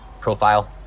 profile